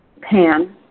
pan